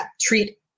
treat